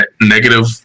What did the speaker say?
negative